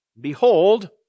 Behold